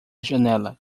janela